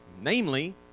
namely